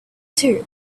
too